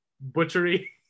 butchery